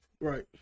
Right